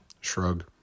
Shrug